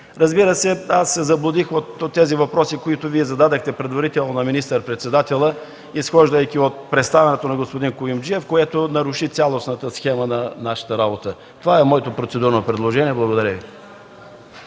дневен ред. Аз се заблудих от въпросите, които Вие зададохте предварително към министър-председателя, изхождайки от представянето на господин Куюмджиев, което наруши цялостната схема на нашата работа. Това е моето процедурно предложение. Благодаря Ви.